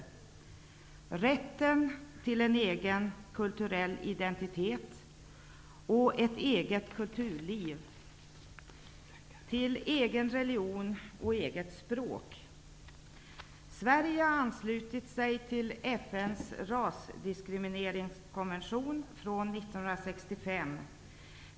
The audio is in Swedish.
De skall ha rätt till en egen kulturell identitet, ett eget kulturliv, en egen religion och ett eget språk. Sverige har anslutit sig till FN:s rasdiskrimineringskonvention från 1965.